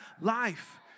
life